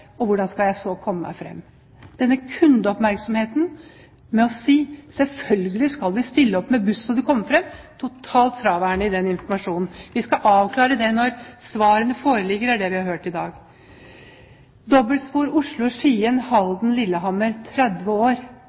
spørsmålet: Hvordan skal jeg så komme meg frem? Denne kundeoppmerksomheten, å si at selvfølgelig skal vi stille opp med buss så du kommer fram, er totalt fraværende i den informasjonen. Vi skal avklare det når svarene foreligger, er det vi har hørt i dag. Dobbeltspor Oslo–Skien/Halden/Lillehammer – det tar 30 år